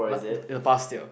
like in the past year